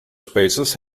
spaces